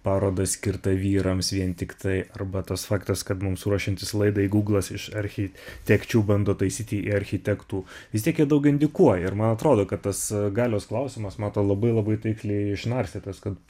parodą skirtą vyrams vien tiktai arba tas faktas kad mums ruošiantis laidai gūglas iš architekčių bando taisyti į architektų vis tiek jie daug indikuoja ir man atrodo kad tas galios klausimas mato labai labai taikliai išnarstytas kad